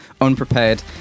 unprepared